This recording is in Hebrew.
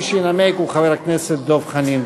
מי שינמק הוא חבר הכנסת דב חנין.